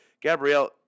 Gabrielle